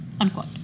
Unquote